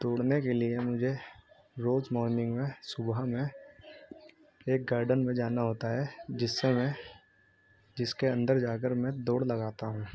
دوڑنے کے لیے مجھے روز مارننگ میں صبح میں ایک گارڈن میں جانا ہوتا ہے جس سے میں جس کے اندر جا کر میں دوڑ لگاتا ہوں